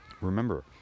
Remember